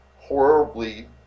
horribly